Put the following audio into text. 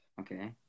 Okay